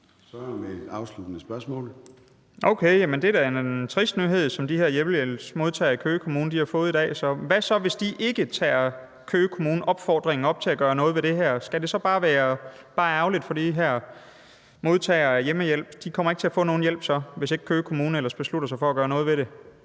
Nick Zimmermann (DF): Okay. Jamen det er da en trist nyhed, som de her hjemmehjælpsmodtagere i Køge Kommune så har fået i dag. Hvad så, hvis Køge Kommune ikke tager opfordringen op til at gøre noget ved det her? Er det så bare ærgerligt for de her modtagere af hjemmehjælp? Kommer de så ikke til at få nogen hjælp, hvis ikke Køge Kommune ellers beslutter sig for at gøre noget ved det?